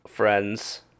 friends